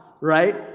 right